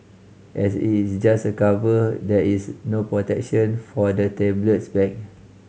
as it is just a cover there is no protection for the tablet's back